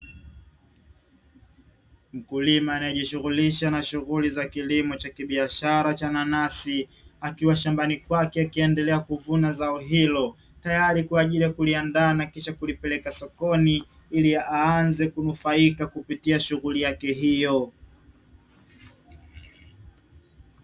Mkulima anayejishughulisha na shughuli za kilimo cha kibiashara cha nanasi, akiwa shambani kwake akiendelea kuvuna zao hilo, tayari kwa ajili ya kuliandaa na kisha kulipeleka sokoni, ili aanze kunufaika kupitia shughuli yake hiyo.